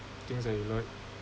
things that you like